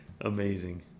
amazing